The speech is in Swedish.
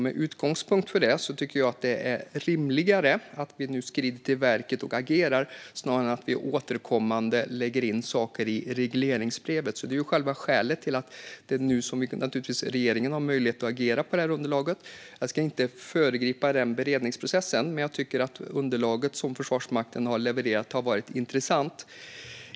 Med utgångspunkt från det är det rimligare att vi nu skrider till verket och agerar snarare än att vi återkommande lägger in saker i regleringsbrevet. Det är själva skälet till att regeringen nu har möjlighet att agera på underlaget. Jag ska inte föregripa den beredningsprocessen. Men jag tycker att underlaget som Försvarsmakten har levererat har varit intressant.